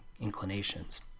inclinations